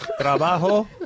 Trabajo